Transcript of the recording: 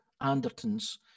Anderton's